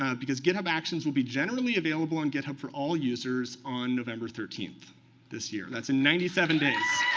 um because github actions will be generally available on github for all users on november thirteen this year. that's in ninety seven days.